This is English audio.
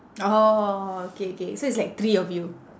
orh K K so it's like three of you